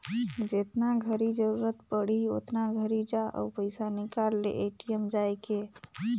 जेतना घरी जरूरत पड़ही ओतना घरी जा अउ पइसा निकाल ले ए.टी.एम जायके